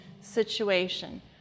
situation